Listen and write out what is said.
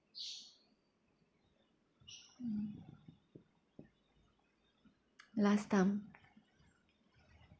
mm last time